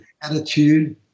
attitude